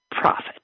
Profit